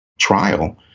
trial